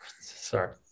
Sorry